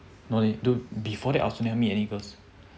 no dude before that I also never meet any girls